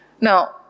Now